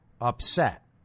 upset